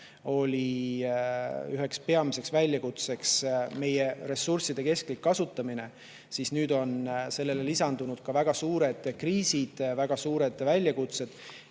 oli üheks peamiseks väljakutseks meie ressursside kestlik kasutamine, siis nüüd on sellele lisandunud väga suured kriisid, väga suured väljakutsed.